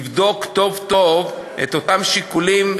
יבדוק טוב-טוב את אותם שיקולים,